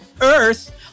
earth